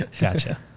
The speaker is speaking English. gotcha